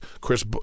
Chris